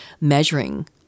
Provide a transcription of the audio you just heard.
measuring